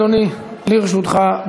אדוני, לרשותך.